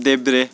देब्रे